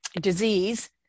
disease